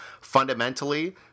fundamentally